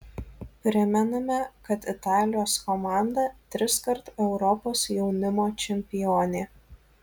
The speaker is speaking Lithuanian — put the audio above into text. primename kad italijos komanda triskart europos jaunimo čempionė